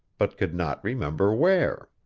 but could not remember where.